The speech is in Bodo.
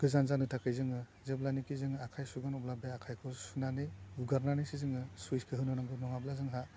गोजान जानो थाखाय जोङो जेब्लानोखि जोङो आखाइ सुगोन अब्ला बे आखाइखौ सुनानै हुगारनैसो जोङो सुइसखौ होनो नांगौ नङाब्ला जोंहा